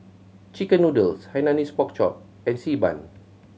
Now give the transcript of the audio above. chicken noodles Hainanese Pork Chop and Xi Ban